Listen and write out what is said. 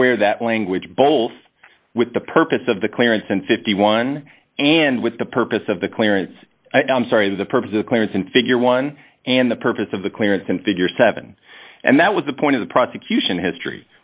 square that language bowls with the purpose of the clearance in fifty one and with the purpose of the clearance i'm sorry the purpose of players in figure one and the purpose of the clearance in figure seven and that was the point of the prosecution h